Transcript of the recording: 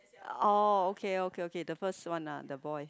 oh okay okay okay the first one ah the boy